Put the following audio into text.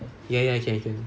ya ya can can